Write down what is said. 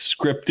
scripted